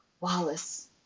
Wallace